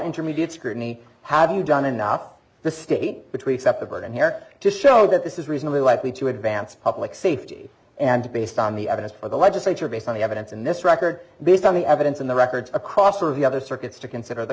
intermediate scrutiny have you done enough the state between september and here to show that this is reasonably likely to advance public safety and based on the evidence by the legislature based on the evidence in this record based on the evidence and the records across for the other circuits to consider the